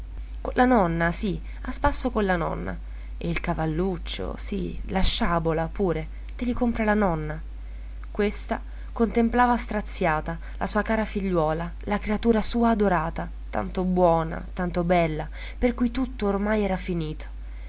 la nonna sì a spasso con la nonna e il cavalluccio sì la sciabola pure te li compra la nonna questa contemplava straziata la sua cara figliuola la creatura sua adorata tanto buona tanto bella per cui tutto ormai era finito